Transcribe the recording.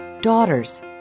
daughters